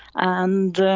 and